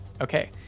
Okay